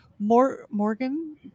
Morgan